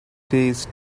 these